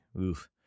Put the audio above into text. oof